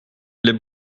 les